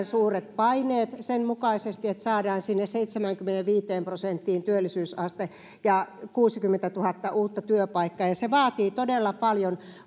suuret paineet sen mukaisesti että saadaan sinne seitsemäänkymmeneenviiteen prosenttiin työllisyysaste ja kuusikymmentätuhatta uutta työpaikkaa se vaatii todella paljon